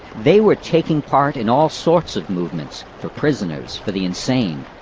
they were taking part in all sorts of movements, for prisoners, for the insane,